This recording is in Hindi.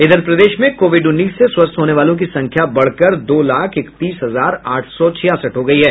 इधर प्रदेश में कोविड उन्नीस से स्वस्थ होने वालों की संख्या बढ़कर दो लाख एकतीस हजार आठ सौ छियासठ हो गयी है